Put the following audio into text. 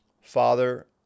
Father